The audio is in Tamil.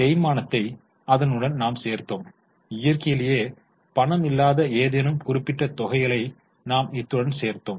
தேய்மானத்தை அதனுடன் நாம் சேர்த்தோம் இயற்கையிலே பணமில்லாத ஏதேனும் குறிப்பிட்ட தொகைகளை நாம் இத்துடன் சேர்த்தோம்